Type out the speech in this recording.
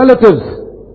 relatives